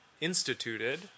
instituted